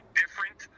different